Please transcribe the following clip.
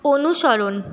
অনুসরণ